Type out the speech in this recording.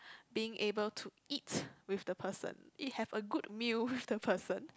being able to eat with the person it have a good meal with the person